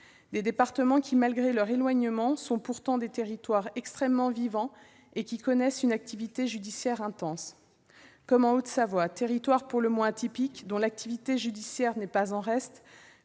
des départements qui, malgré leur éloignement, sont pourtant des territoires extrêmement vivants et qui connaissent une activité judiciaire intense. Comme en Haute-Savoie, territoire pour le moins atypique, dont l'activité judiciaire n'est pas en reste